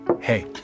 Hey